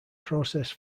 process